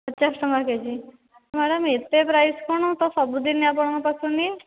ପଚାଶ ଟଙ୍କା K G madam ଏତେ ପ୍ରାଇସ୍ କ'ଣ ମୁଁ ତ ସବୁ ଦିନ ଆପଣଙ୍କ ପାଖରୁ ନିଏ